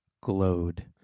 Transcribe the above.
glowed